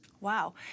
Wow